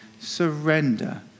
surrender